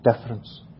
difference